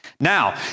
Now